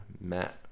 matt